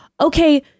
Okay